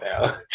now